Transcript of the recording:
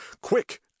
quick